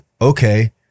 okay